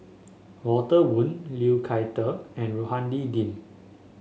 Walter Woon Liu Thai Ker and Rohani Din